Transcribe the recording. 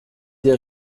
der